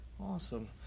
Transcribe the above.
Awesome